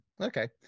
Okay